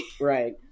Right